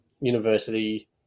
university